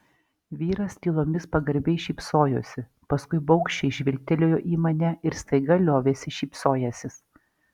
vyras tylomis pagarbiai šypsojosi paskui baugščiai žvilgtelėjo į mane ir staiga liovėsi šypsojęsis